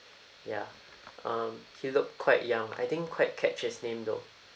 ya um he looked quite young I didn't quite catch his name though